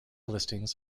listings